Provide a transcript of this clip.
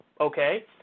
Okay